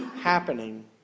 happening